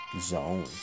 zone